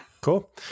Cool